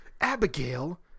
Abigail